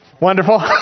wonderful